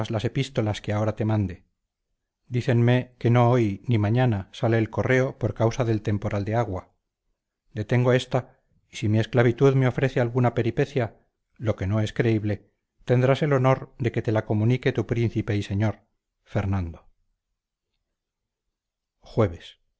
las epístolas que ahora te mande dícenme que no hoy ni mañana sale correo por causa del temporal de agua detengo esta y si mi esclavitud me ofrece alguna peripecia lo que no es creíble tendrás el honor de que te la comunique tu príncipe y señor fernando jueves